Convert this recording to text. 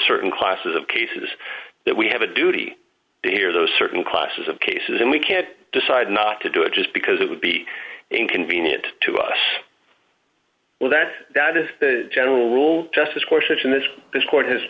certain classes of cases that we have a duty to hear those certain classes of cases and we can't decide not to do it just because it would be inconvenient to us well that that is the general rule justice question is this court has